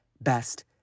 best